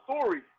story